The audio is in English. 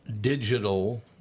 digital